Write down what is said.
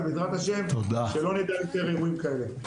ובעזרת ה' שלא נדע עוד אירועים כאלה.